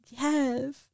Yes